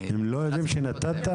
הם לא יודעים שנתת?